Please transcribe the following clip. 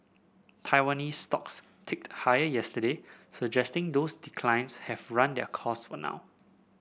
Taiwanese stocks ticked higher yesterday suggesting those declines have run their course for now